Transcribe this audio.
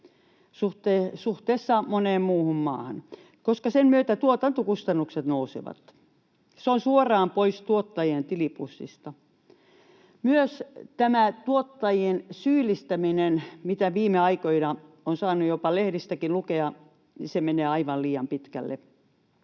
suhteessa moneen muuhun maahan, koska sen myötä tuotantokustannukset nousevat. Se on suoraan pois tuottajien tilipussista. Myös tämä tuottajien syyllistäminen, mitä viime aikoina on saanut jopa lehdistäkin lukea, menee aivan liian pitkälle.